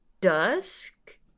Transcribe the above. dusk